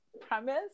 premise